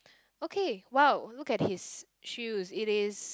okay !wow! look at his shoes it is